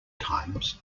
times